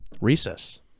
recess